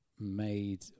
made